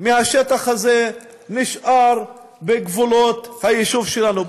מהשטח הזה נשאר בגבולות היישוב שלנו.